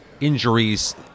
injuries